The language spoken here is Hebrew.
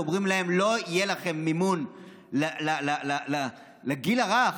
ואומרים להם: לא יהיה לכם מימון לגיל הרך,